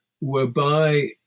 whereby